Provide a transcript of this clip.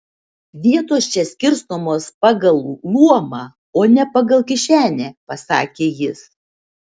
vietos čia skirstomos pagal luomą o ne pagal kišenę pasakė jis